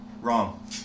Wrong